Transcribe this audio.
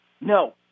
No